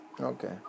Okay